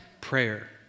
prayer